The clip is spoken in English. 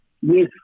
Yes